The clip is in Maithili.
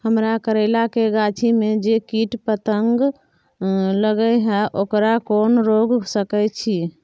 हमरा करैला के गाछी में जै कीट पतंग लगे हैं ओकरा केना रोक सके छी?